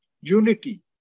unity